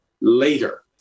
later